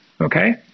okay